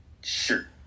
sure